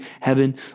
heaven